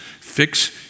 Fix